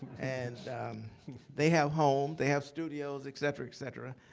and they have home, they have studios, et cetera, et cetera.